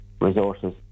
resources